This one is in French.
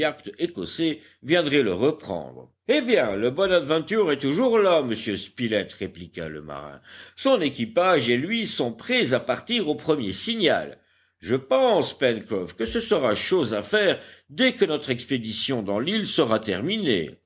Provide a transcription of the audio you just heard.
viendrait le reprendre eh bien le bonadventure est toujours là monsieur spilett répliqua le marin son équipage et lui sont prêts à partir au premier signal je pense pencroff que ce sera chose à faire dès que notre expédition dans l'île sera terminée